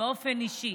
באופן אישי.